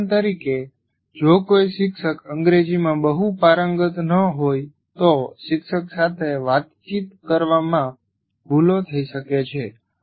ઉદાહરણ તરીકે જો કોઈ શિક્ષક અંગ્રેજીમાં બહુ પારંગત ન હોય તો શિક્ષક સાથે વાતચીત કરવામાં ભૂલો થઈ શકે છે